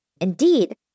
Indeed